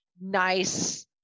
nice